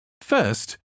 First